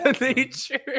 nature